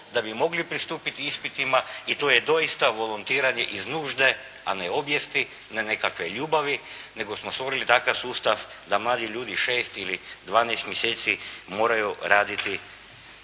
da bi mogli pristupiti ispitima i to je doista volontiranje iz nužde, a ne obijesti, ne nekakve ljubavi, nego smo se uvjerili da takav sustav, da mladi ljudi 6 ili 12 mjeseci moraju raditi.